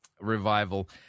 revival